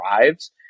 drives